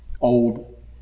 old